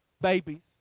babies